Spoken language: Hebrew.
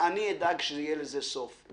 אני אדאג שיהיה לזה סוף.